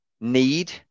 need